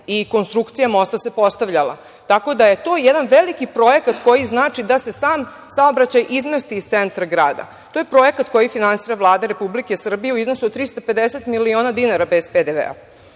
i konstrukcija mosta se postavljala, tako da je to jedan veliki projekat koji znači da se sam saobraćaj izmesti iz centra grada. To je projekat koji finansira Vlada Republike Srbije u iznosu od 350 miliona dinara bez PDV-a. Zaista